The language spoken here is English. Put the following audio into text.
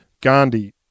Gandhi